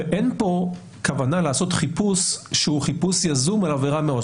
ואין פה כוונה לעשות חיפוש שהוא חיפוש יזום על עבירה מראש.